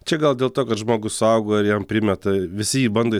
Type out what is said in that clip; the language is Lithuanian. čia gal dėl to kad žmogus suaugo ir jam primeta visi jį bando